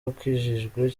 wakajijwe